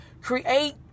Create